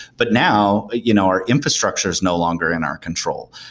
but now you know our infrastructure is no longer in our control.